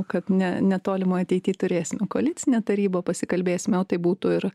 kad ne netolimoj ateity turėsime koalicinę tarybą pasikalbėsime o tai būtų ir